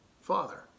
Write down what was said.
father